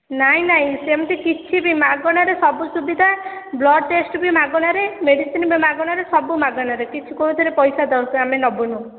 ନାଇଁ ନାଇଁ ସେମିତି କିଛି ବି ମାଗଣାରେ ସବୁ ସୁବିଧା ବ୍ଲଡ୍ ଟେଷ୍ଟ୍ ବି ମାଗଣାରେ ମେଡ଼ିସିନ୍ ବି ମାଗଣାରେ ସବୁ ମାଗଣାରେ କିଛି କୌଣସିରେ ବି ପଇସା ଦରକାର ନାହିଁ ଆମେ ନେବୁନି